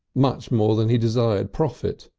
much more than he desired profit.